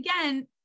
again-